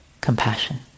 Compassion